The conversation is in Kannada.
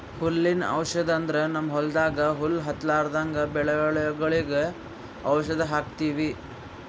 ಹುಲ್ಲಿನ್ ಔಷಧ್ ಅಂದ್ರ ನಮ್ಮ್ ಹೊಲ್ದಾಗ ಹುಲ್ಲ್ ಹತ್ತಲ್ರದಂಗ್ ಬೆಳಿಗೊಳ್ದಾಗ್ ಔಷಧ್ ಹಾಕ್ತಿವಿ